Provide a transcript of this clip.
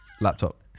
laptop